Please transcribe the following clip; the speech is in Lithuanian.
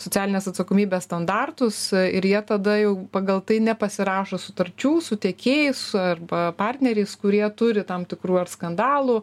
socialinės atsakomybės standartus ir jie tada jau pagal tai nepasirašo sutarčių su tiekėjais arba partneriais kurie turi tam tikrų ar skandalų